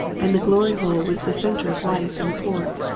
and the glory hole was the centre of life in the port.